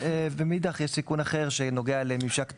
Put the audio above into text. מאידך, יש סיכון אחר, שנוגע לממשק טכנולוגי,